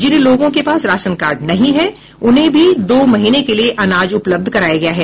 जिन लोगों के पास राशन कार्ड नहीं है उन्हें भी दो महीने के लिए अनाज उपलब्ध कराया गया है